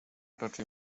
raczej